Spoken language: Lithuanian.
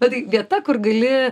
bet tai vieta kur gali